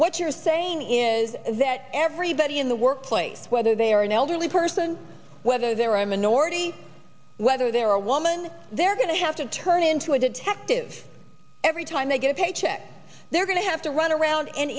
what you're saying is that everybody in the workplace whether they are an elderly person whether there are a minority whether they're a woman they're going to have to turn into a detective every time they get a paycheck they're going to have to run around and